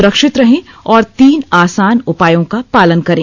सुरक्षित रहें और तीन आसान उपायों का पालन करें